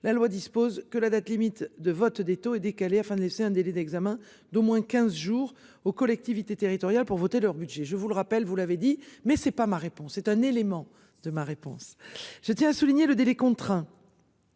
la loi dispose que la date limite de vote des taux est décalé afin de laisser un délai d'examen d'au moins 15 jours aux collectivités territoriales pour voter leur budget, je vous le rappelle, vous l'avez dit mais c'est pas ma réponse est un élément de ma réponse, je tiens à souligner le délai contraint.